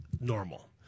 normal